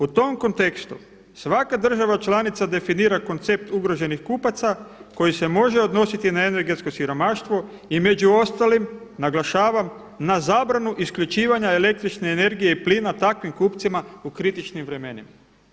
U tom kontekstu svaka država članica definira koncept ugroženih kupaca koji se može odnositi na energetsko siromaštvo i među ostalim naglašavam na zabranu isključivanja električne energije i plina takvim kupcima u kritičnim vremenima.